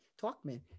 Talkman